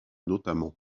notamment